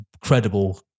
credible